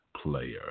player